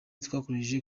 twakoresheje